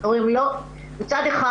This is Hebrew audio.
מצד אחד,